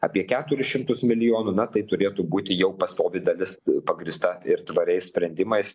apie keturis šimtus milijonų na tai turėtų būti jau pastovi dalis pagrįsta ir tvariais sprendimais